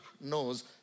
knows